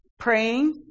Praying